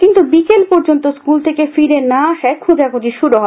কিন্তু বিকাল পর্যন্ত স্কুল থেকে ফিরে না আসায় খোঁজাখুঁজি শুরু হয়